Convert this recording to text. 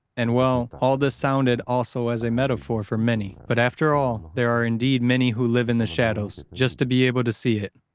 and, well, all this sounded also as a metaphor for many. but, after all, there are indeed many who live in the shadows, just have to be able to see it.